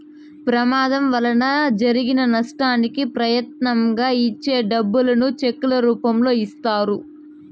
ప్రమాదం వలన జరిగిన నష్టానికి ప్రత్యామ్నాయంగా ఇచ్చే డబ్బులను చెక్కుల రూపంలో ఇత్తారు